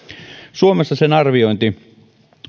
suomessa sen arviointi